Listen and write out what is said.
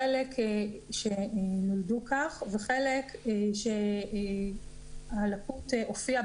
חלק שנולדו כך וחלק שהלקות הופיעה